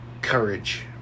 courage